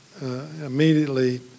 immediately